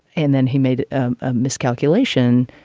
and then he made a miscalculation.